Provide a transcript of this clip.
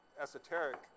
esoteric